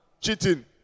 cheating